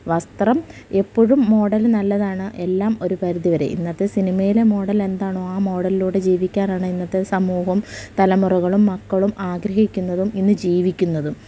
വസ്ത്രം എപ്പോഴും മോഡല് നല്ലതാണ് എല്ലാമൊരു പരിധിവരെ ഇന്നത്തെ സിനിമയിലെ മോഡൽ എന്താണോ ആ മോഡലിലൂടെ ജീവിക്കാനാണ് ഇന്നത്തെ സമൂഹവും തലമുറകളും മക്കളും ആഗ്രഹിക്കുന്നതും ഇന്ന് ജീവിക്കുന്നതും